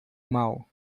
mal